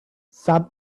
some